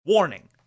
Warning